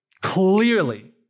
Clearly